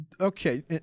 Okay